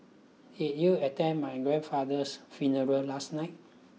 did you attend my grandfather's funeral last night